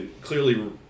clearly